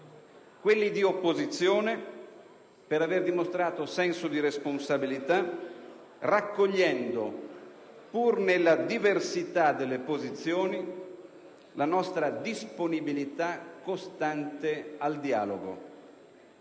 quelli di opposizione per aver dimostrato senso di responsabilità raccogliendo, pur nella diversità delle posizioni, la nostra disponibilità costante al dialogo.